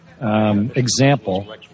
example